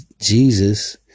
Jesus